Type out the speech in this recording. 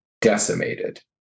decimated